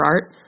art